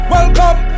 Welcome